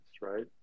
right